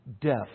death